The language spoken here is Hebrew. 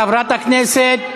חברת הכנסת,